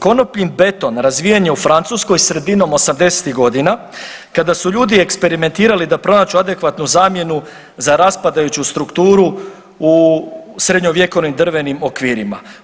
Konopljin beton, razvijanje je u Francuskoj sredinom osamdesetih godina kada su ljudi eksperimentirali da pronađu adekvatnu zamjenu za raspadajuću strukturu u srednjovjekovnim drvenim okvirima.